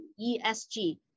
ESG